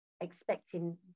expecting